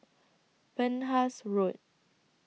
Penhas Road